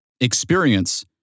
experience